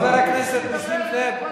חבר הכנסת נסים זאב.